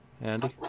Andy